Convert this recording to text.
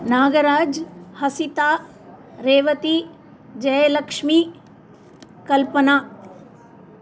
नागराजः Hasita Revati Jayalakshmi Kalpana